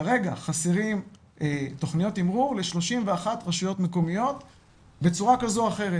כרגע חסרות תכניות תמרור ל-31 רשויות מקומיות בצורה כזו או אחרת.